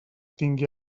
tingui